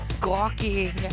gawky